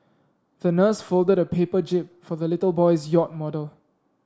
the nurse folded a paper jib for the little boy's yacht model